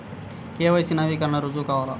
KYC నవీకరణకి రుజువు కావాలా?